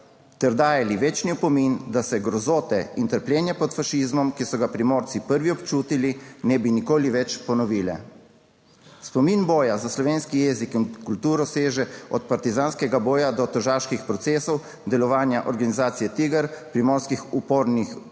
ter dajali večni opomin, da se grozote in trpljenje pod fašizmom, ki so ga Primorci prvi občutili, ne bi nikoli več ponovile. Spomin boja za slovenski jezik in kulturo seže od partizanskega boja do tržaških procesov, delovanja organizacije Tiger, primorskih upornih duhovnikov,